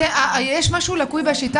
יש משהו לקוי בשיטה.